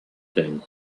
thing